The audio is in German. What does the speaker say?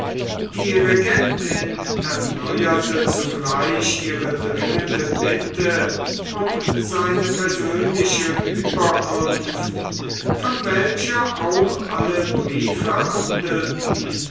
regentin erneuerte zugleich ihre dringende bitte um seine persönliche ueberkunft von welcher auch alle briefe handelten